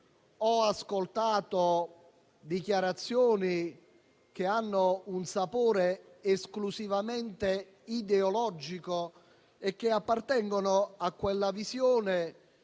ho ascoltato dichiarazioni che hanno un sapore esclusivamente ideologico e che appartengono a quella visione